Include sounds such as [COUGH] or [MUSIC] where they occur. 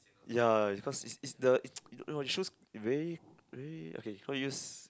ya it's cause it's it's it's the [NOISE] you know the shoes very very okay how to use